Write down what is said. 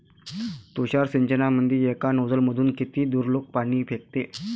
तुषार सिंचनमंदी एका नोजल मधून किती दुरलोक पाणी फेकते?